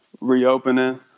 reopening